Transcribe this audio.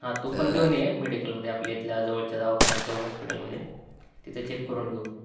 हां तू पण घेऊन ये मेडिकलमध्ये आपल्या इथल्या जवळच्या दवाखान्यात जाऊ हॉस्पिटलमध्ये तिथे चेक करून घेऊ